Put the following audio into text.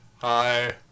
Hi